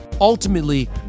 Ultimately